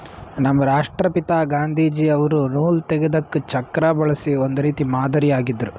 ನಮ್ ರಾಷ್ಟ್ರಪಿತಾ ಗಾಂಧೀಜಿ ಅವ್ರು ನೂಲ್ ತೆಗೆದಕ್ ಚಕ್ರಾ ಬಳಸಿ ಒಂದ್ ರೀತಿ ಮಾದರಿ ಆಗಿದ್ರು